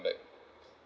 back